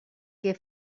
què